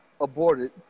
aborted